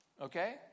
okay